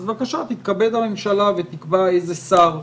אז בבקשה תתכבד הממשלה ותקבע איזה שר.